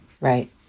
Right